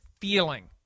feeling